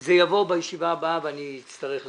זה יבוא בישיבה הבאה ואני אצטרך לגייס.